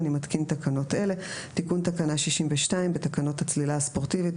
אני מתקין תקנות אלה: תיקון תקנה 62בתקנות הצלילה הספורטיבית,